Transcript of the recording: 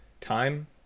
time